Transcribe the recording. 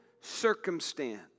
circumstance